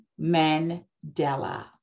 Mandela